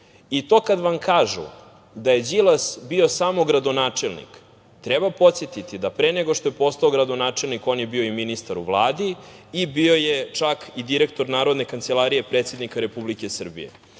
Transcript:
kada vam kažu da je Đilas bio samo gradonačelnik, treba podsetiti da pre nego što je postao gradonačelnik on je bio i ministar u Vladi i bio je čak i direktor Narodne kancelarije predsednika Republike Srbije